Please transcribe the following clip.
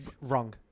Wrong